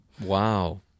Wow